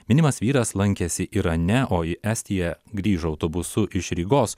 minimas vyras lankėsi irane o į estiją grįžo autobusu iš rygos